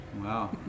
Wow